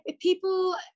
people